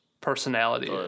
personality